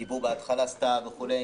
דיברו בהתחלה על הסתיו וכולי,